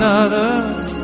others